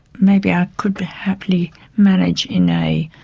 maybe i could happily manage in a